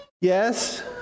Yes